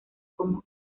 como